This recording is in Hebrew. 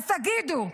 אז תגידו,